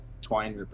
Twine